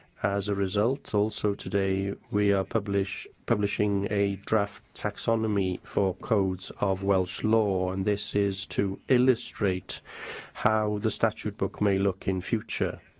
as a result, also, today, we are publishing publishing a draft taxonomy for codes of welsh law, and this is to illustrate how the statute book may look in future.